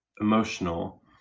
emotional